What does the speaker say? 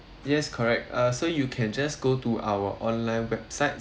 yes correct uh so you can just go to our online website